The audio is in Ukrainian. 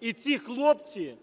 і ці хлопці